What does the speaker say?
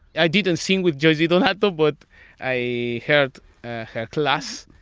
i didn't sing with joyce didonato but i heard her class.